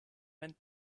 meant